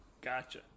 Gotcha